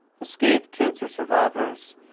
the scathed cancer survivors,